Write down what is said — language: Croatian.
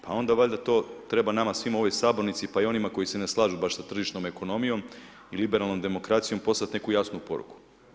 Pa onda valjda treba nama svima u ovoj sabornici, pa i onima koji se baš ne slažu sa tržišnom ekonomijom i liberalnom demokracijom poslat neku jasnu poruku.